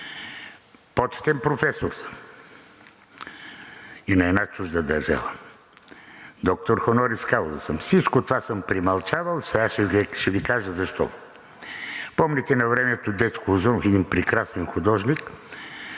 Почетен професор съм и на една чужда държава, доктор хонорис кауза съм. Всичко това съм премълчавал, сега ще Ви кажа защо. Помните навремето Дечко Узунов – един прекрасен художник,